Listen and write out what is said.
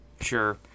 Sure